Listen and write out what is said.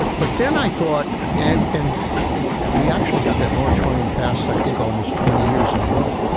but but then i thought and and we actually got that moratorium passed, i think almost twenty years in a row.